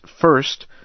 first